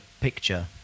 picture